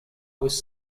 was